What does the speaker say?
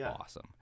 awesome